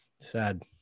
Sad